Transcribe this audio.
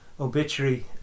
obituary